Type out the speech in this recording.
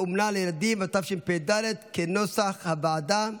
(אומנה לילדים), התשפ"ד 2023, כנוסח הוועדה.